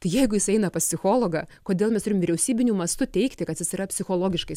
tai jeigu jis eina pas psichologą kodėl mes turim vyriausybiniu mastu teigti kad jisai yra psichologiškai